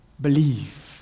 believe